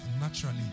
naturally